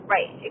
Right